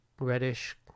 reddish